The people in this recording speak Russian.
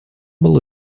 было